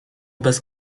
bez